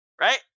right